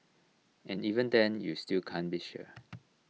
and even then you still can't be sure